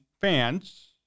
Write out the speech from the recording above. fans